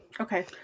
Okay